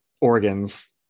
organs